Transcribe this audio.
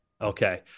okay